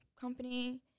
company